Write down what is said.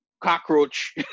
cockroach